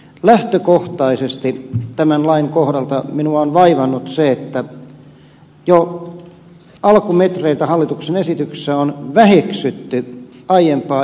lähtökohtaisesti tämän lain kohdalta minua on vaivannut se että jo alkumetreiltä hallituksen esityksessä on väheksytty aiempaa ennakkotarkastustoimintaa